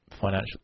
financial